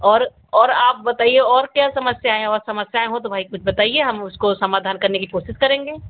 और और आप बताइए और क्या समस्याएं हैं और समस्याएं हो तो भाई कुछ बताइए हम उसको समाधान करने की कोशिश करेंगे